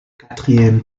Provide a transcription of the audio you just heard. quatrième